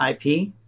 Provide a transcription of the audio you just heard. IP